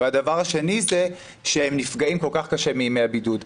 והדבר השני זה שהם נפגעים כל כך קשה מימי הבידוד.